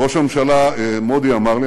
ראש הממשלה מודי אמר לי,